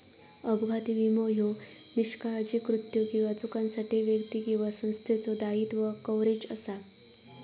अपघाती विमो ह्यो निष्काळजी कृत्यो किंवा चुकांसाठी व्यक्ती किंवा संस्थेचो दायित्व कव्हरेज असा